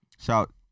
Shout